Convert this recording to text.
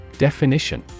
Definition